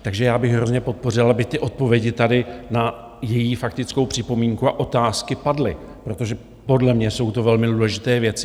Takže já bych hrozně podpořil, aby ty odpovědi tady na její faktickou připomínku a otázky padly, protože podle mě jsou to velmi důležité věci.